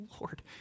Lord